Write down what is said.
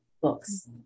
Books